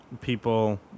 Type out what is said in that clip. people